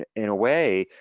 and in a way,